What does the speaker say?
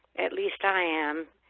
and least i am,